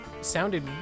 sounded